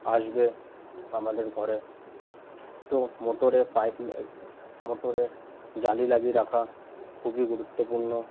আসবে আমাদের ঘরে তো মোটরে পাইপ মোটরে জালি লাগিয়ে রাখা খুবই গুরুত্বপূর্ণ